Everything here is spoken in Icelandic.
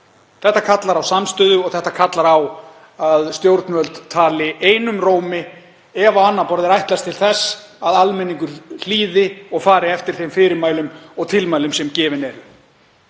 Þetta kallar á samstöðu og þetta kallar á að stjórnvöld tali einum rómi ef á annað borð er ætlast til þess að almenningur hlýði og fari eftir þeim fyrirmælum og tilmælum sem gefin eru.